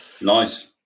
nice